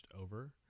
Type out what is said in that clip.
over